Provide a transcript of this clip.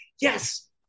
yes